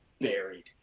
buried